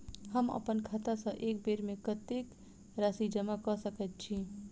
हम अप्पन खाता सँ एक बेर मे कत्तेक राशि जमा कऽ सकैत छी?